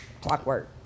clockwork